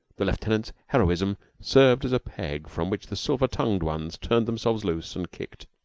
the lieutenant's heroism served as a peg from which the silver-tongued ones turned themselves loose and kicked.